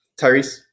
Tyrese